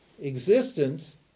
existence